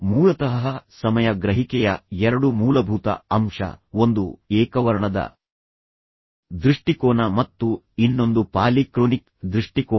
ಮೂಲತಃ ಸಮಯ ಗ್ರಹಿಕೆಯ ಎರಡು ಮೂಲಭೂತ ಅಂಶ ಒಂದು ಏಕವರ್ಣದ ದೃಷ್ಟಿಕೋನ ಮತ್ತು ಇನ್ನೊಂದು ಪಾಲಿಕ್ರೋನಿಕ್ ದೃಷ್ಟಿಕೋನ